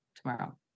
tomorrow